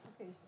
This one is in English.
Okay